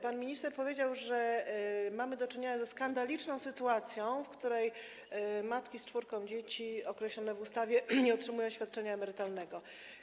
Pan minister powiedział, że mamy do czynienia ze skandaliczną sytuacją, w której matki z czwórką dzieci, określone w ustawie, nie otrzymują świadczenia emerytalnego.